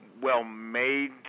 well-made